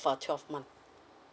for twelve month